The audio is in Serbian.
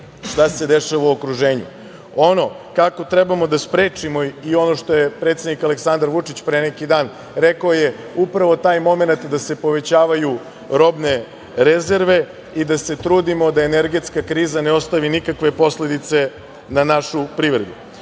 šta se dešava u okruženju. Ono kako trebamo da sprečimo i ono što je predsednik Aleksandar Vučić pre neki dan rekao, upravo je taj momenat da se povećavaju robne rezerve i da se trudimo da energetska kriza ne ostavi nikakve posledice na našu privredu. Kada